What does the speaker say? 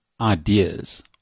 ideas